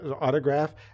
autograph